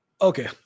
Okay